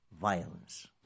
violence